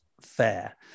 fair